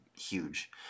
huge